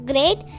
Great